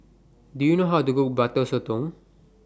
Do YOU know How to Cook Butter Sotong